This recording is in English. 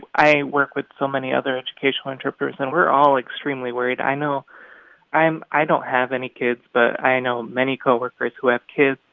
i work with so many other educational interpreters, and we're all extremely worried. i know i don't have any kids, but i i know many co-workers who have kids.